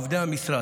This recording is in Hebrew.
עובדי המשרד,